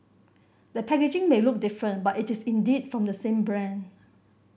the packaging may look different but it is indeed from the same brand